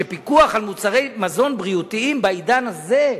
שפיקוח על מוצרי מזון בריאותיים בעידן הזה,